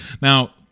now